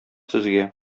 сезгә